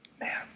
Man